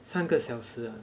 三个小时 ah